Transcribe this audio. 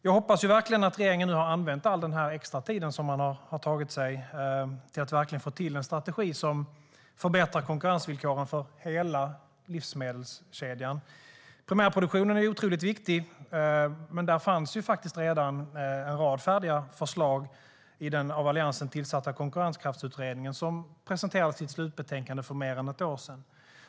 Jag hoppas verkligen att regeringen nu har använt all den här extra tiden det har tagit till att verkligen få till en strategi som förbättrar konkurrensvillkoren för hela livsmedelskedjan. Primärproduktionen är otroligt viktig, men där fanns ju redan en rad färdiga förslag i den av Alliansen tillsatta Konkurrenskraftsutredningen, som kom för mer än ett år sedan.